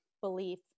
belief